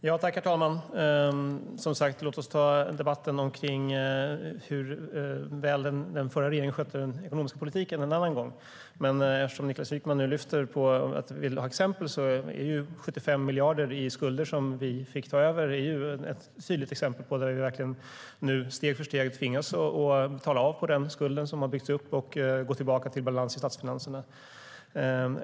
Herr talman! Som sagt: Låt oss ta debatten om hur väl den förra regeringen skötte den ekonomiska politiken en annan gång! Men Niklas Wykman vill ha exempel. 75 miljarder i skulder, som vi fick ta över, är ett tydligt exempel. Vi tvingas nu steg för steg betala av på den skuld som har byggts upp och gå tillbaka till balans i statsfinanserna.